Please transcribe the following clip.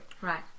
Right